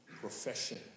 profession